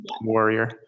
warrior